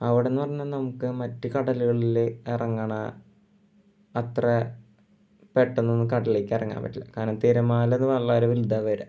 അവിടെ എന്ന് പറഞ്ഞാൽ നമുക്ക് മറ്റ് കടലുകളിൽ ഇറങ്ങുന്ന അത്ര പെട്ടെന്നൊന്നും കടലിലേക്കിറങ്ങാൻ പറ്റില്ല കാരണം തിരമാല വളരെ വലുതാണ് വരിക